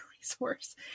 resource